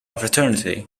fraternity